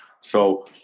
So-